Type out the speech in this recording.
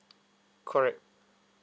correct